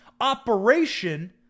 operation